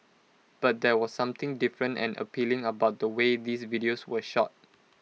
but there was something different and appealing about the way these videos were shot